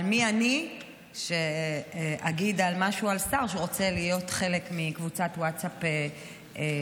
אבל מי אני שאגיד משהו על שר שרוצה להיות חלק מקבוצת ווטסאפ שכונתית?